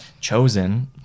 chosen